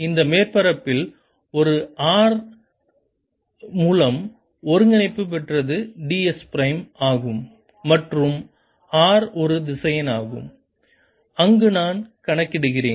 இந்த மேற்பரப்பில் ஒரு திசையன் R மூலம் ஒருங்கிணைப்பு பெற்றது ds பிரைம் ஆகும் மற்றும் R ஒரு திசையன் ஆகும் அங்கு நான் கணக்கிடுகிறேன்